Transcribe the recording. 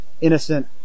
innocent –